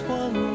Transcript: one